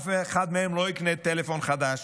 אף אחד מהם לא יקנה טלפון חדש,